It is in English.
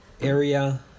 area